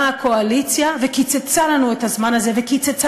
באה הקואליציה וקיצצה לנו את הזמן הזה וקיצצה